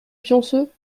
pionceux